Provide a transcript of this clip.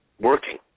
working